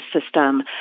system